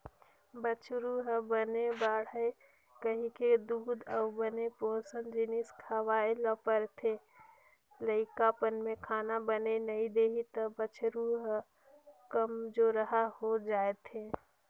बछरु ह बने बाड़हय कहिके दूद अउ बने पोसन जिनिस खवाए ल परथे, लइकापन में खाना बने नइ देही त बछरू ह कमजोरहा हो जाएथे